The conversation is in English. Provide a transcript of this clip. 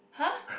huh